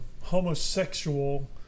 homosexual